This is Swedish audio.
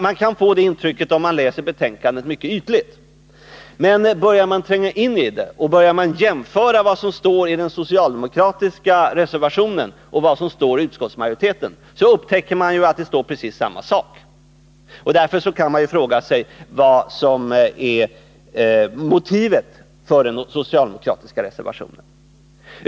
Men om man börjar tränga in i betänkandet och jämför vad som står i den socialdemokratiska reservationen och i utskottsmajoritetens skrivning, så upptäcer man att det faktiskt står precis samma saker. Därför kan man fråga sig vilket motivet är för den socialdemokratiska reservationen.